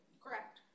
correct